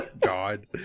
God